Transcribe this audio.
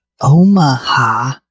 Omaha